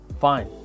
fine